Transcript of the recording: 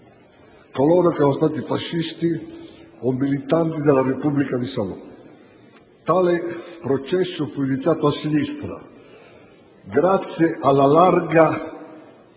coloro che erano stati fascisti o militanti nella Repubblica di Salò. Tale processo fu iniziato a sinistra grazie alla larga